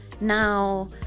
Now